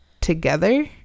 together